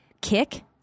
kick